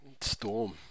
Storm